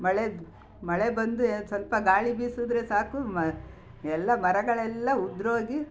ಮಳೆ ಮಳೆ ಬಂದು ಏನು ಸ್ವಲ್ಪ ಗಾಳಿ ಬೀಸಿದ್ರೆ ಸಾಕು ಎಲ್ಲ ಮರಗಳೆಲ್ಲ ಉದುರೋಗಿ